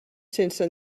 sense